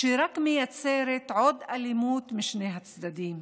שרק מייצרת עוד אלימות משני הצדדים.